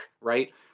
right